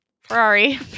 Ferrari